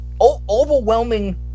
Overwhelming